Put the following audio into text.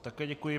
Také děkuji.